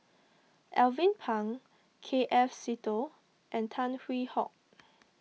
Alvin Pang K F Seetoh and Tan Hwee Hock